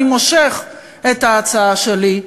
אני מושך את ההצעה שלי,